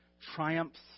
triumphs